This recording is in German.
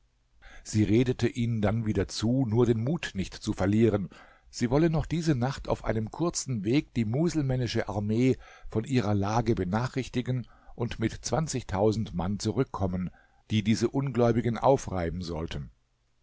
sie redete ihnen dann wieder zu nur den mut nicht zu verlieren sie wolle noch diese nacht auf einem kurzen weg die muselmännische armee von ihrer lage benachrichtigen und mit zwanzigtausend mann zurückkommen die diese ungläubigen aufreiben sollten